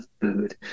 food